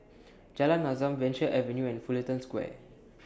Jalan Azam Venture Avenue and Fullerton Square